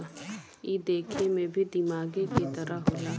ई देखे मे भी दिमागे के तरह होला